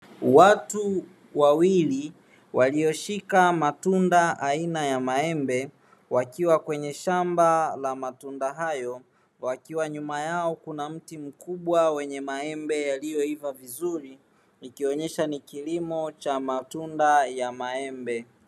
Watu wawili walioshika matunda aina ya maembe wakiwa kwenye shamba la matunda hayo wakiwa nyuma yao kuna mti mkubwa wenye maembe yaliyoiva vizuri ikionyesha ni kilimo cha matunda ya maembe.